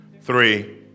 three